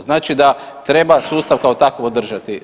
Znači da treba sustav kao takav održati.